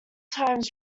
times